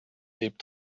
lebt